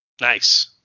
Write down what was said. Nice